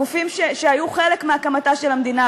הגופים שהיו חלק מהקמתה של המדינה,